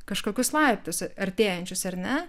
kažkokius laiptus artėjančius ar ne